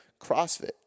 CrossFit